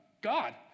God